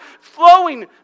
Flowing